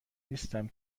نیستم